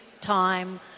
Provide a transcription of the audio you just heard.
time